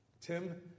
Tim